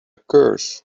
curse